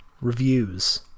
reviews